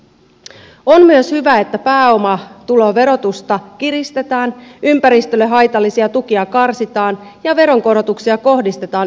on myös hyvä että pääomatuloverotusta kiristetään ympäristölle haitallisia tukia karsitaan ja veronkorotuksia kohdistetaan ympäristöveroihin